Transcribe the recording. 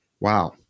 wow